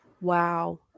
Wow